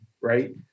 right